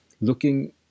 looking